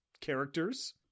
characters